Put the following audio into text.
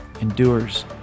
endures